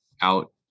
out